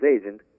agent